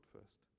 first